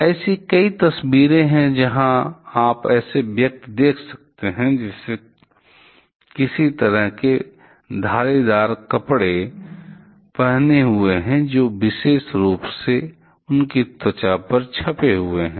ऐसी कई तस्वीरें हैं जहाँ आप ऐसे व्यक्ति देख सकते हैं जो किसी तरह के धारीदार कपड़े पहने हुए हैं जो कि विशेष रूप से उनकी त्वचा पर छपे हुए हैं